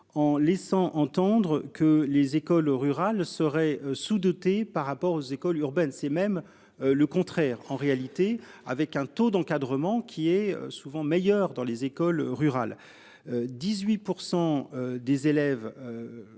en laissant entendre que les écoles rurales seraient sous-dotée par rapport aux écoles urbaines, c'est même le contraire en réalité avec un taux d'encadrement qui est souvent meilleure dans les écoles rurales.